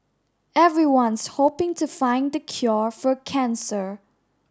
everyone's hoping to find the cure for cancer